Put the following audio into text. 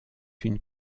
une